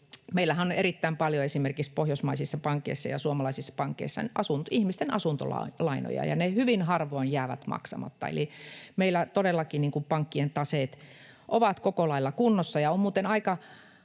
Meillähän on erittäin paljon esimerkiksi pohjoismaisissa pankeissa ja suomalaisissa pankeissa ihmisten asuntolainoja, ja ne hyvin harvoin jäävät maksamatta. Eli meillä todellakin pankkien taseet ovat koko lailla kunnossa. Ja on muuten aika